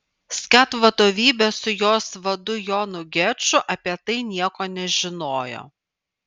skat vadovybė su jos vadu jonu geču apie tai nieko nežinojo